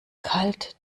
kalt